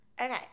Okay